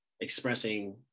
expressing